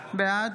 בעד